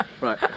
right